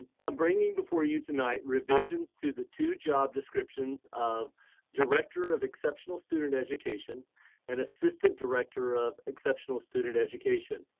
i'm bringing before you tonight, revisions to the two job descriptions of director of exceptional student education and assistant director of exceptional student education.